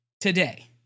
today